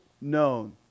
known